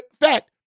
fact